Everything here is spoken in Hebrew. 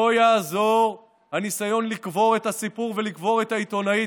לא יעזור הניסיון לקבור את הסיפור ולקבור את העיתונאית